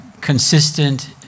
consistent